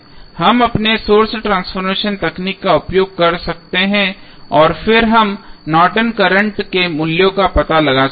हम अपने source transformation तकनीक का उपयोग कर सकते हैं और फिर हम नॉर्टन करंट Nortons current के मूल्यों का पता लगा सकते हैं